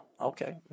Okay